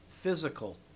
physical